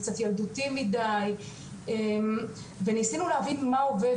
קצת ילדותי מידי וניסינו להבין מה עובד